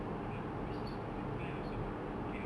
ya people see superman fly also but they don't care [what]